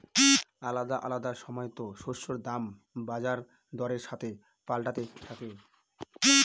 আলাদা আলাদা সময়তো শস্যের দাম বাজার দরের সাথে পাল্টাতে থাকে